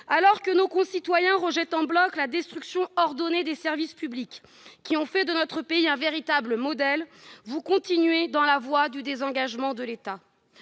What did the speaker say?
Alors que nos concitoyens rejettent en bloc la destruction ordonnée des services publics qui ont fait de notre pays un véritable modèle, vous continuez dans la voie du désengagement de l'État.